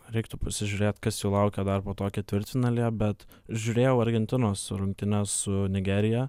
reiktų pasižiūrėt kas jų laukia dar po to ketvirtfinalyje bet žiūrėjau argentinos rungtynes su nigerija